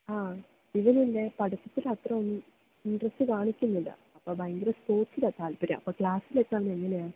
ആ ഇവനില്ലേ പഠിത്തത്തില് അത്രയൊന്നും ഇന്ട്രസ്റ്റ് കാണിക്കുന്നില്ല അപ്പോള് ഭയങ്കരം സ്പോർട്സിലാണ് താല്പര്യം അപ്പോള് ക്ലാസ്സിലൊക്കെ എങ്ങനെയാണ്